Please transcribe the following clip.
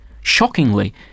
Shockingly